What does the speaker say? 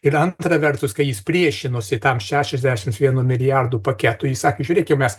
ir antra vertus kai jis priešinosi tam šešiasdešims vieno milijardų paketui jis sakė žiūrėkim mes